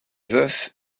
veuf